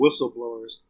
whistleblowers